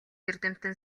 эрдэмтэн